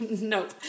nope